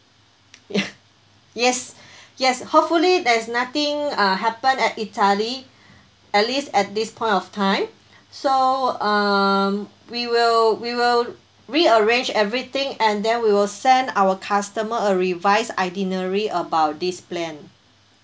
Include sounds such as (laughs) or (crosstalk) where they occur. (laughs) yes yes hopefully there's nothing uh happen at italy at least at this point of time so um we will we will rearrange everything and then we will send our customer a revised itinerary about this plan